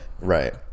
Right